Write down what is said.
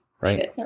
right